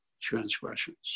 transgressions